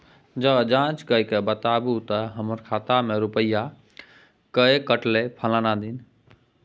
ज जॉंच कअ के बताबू त हमर खाता से रुपिया किये कटले फलना दिन?